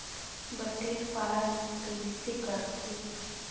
बटेर पालन कइसे करथे?